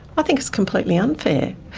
i think it's completely unfair.